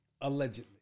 allegedly